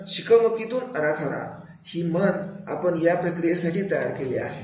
तर 'शिकवणुकीतून आराखडा' ही म्हण आपण या प्रक्रियेसाठी तयार केली आहे